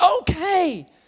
okay